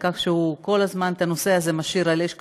כך שהוא כל הזמן משאיר את הנושא הזה על אש קטנה,